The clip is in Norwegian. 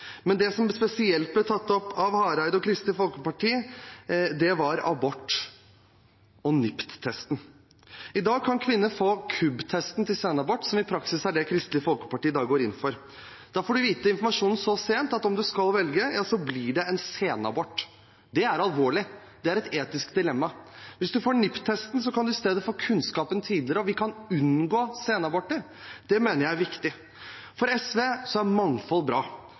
men det som spesielt ble tatt opp av Hareide og Kristelig Folkeparti, var abort og NIPT-testen. I dag kan en kvinne få KUB-testen til en senabort, som i praksis er det Kristelig Folkeparti i dag går inn for. Da får man informasjonen så sent at om man skal velge, blir det en senabort. Det er alvorlig. Det er et etisk dilemma. Hvis man får NIPT-testen, kan man i stedet få kunnskapen tidligere, og vi kan unngå senaborter. Det mener jeg er viktig. For SV er mangfold bra.